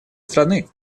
страны